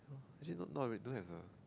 actually not not real don't have a